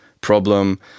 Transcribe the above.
problem